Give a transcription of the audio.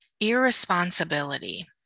irresponsibility